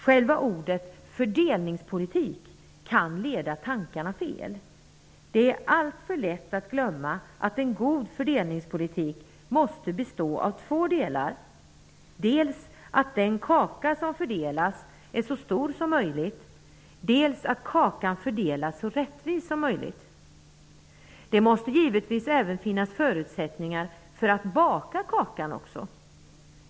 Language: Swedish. Själva ordet fördelningspolitik kan leda tankarna fel. Det är alltför lätt att glömma att en god fördelningspolitik måste bestå av två delar -- dels att den kaka som fördelas är så stor som möjligt, dels att kakan fördelas så rättvist som möjligt. Det måste givetvis även finnas förutsättningar för att baka kakan.